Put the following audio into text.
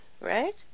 right